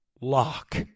lock